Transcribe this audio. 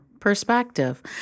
Perspective